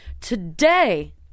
today